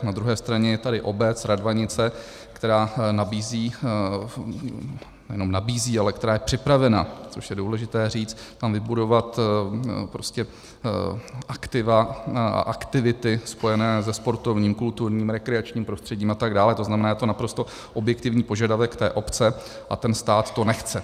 Na druhé straně je tady obec Radvanice, která nabízí nejenom nabízí, ale která je připravena, což je důležité říct, tam vybudovat prostě aktiva a aktivity spojené se sportovním, kulturním, rekreačním prostředím a tak dále, to znamená, je to naprosto objektivní požadavek té obce, a ten stát to nechce.